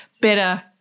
better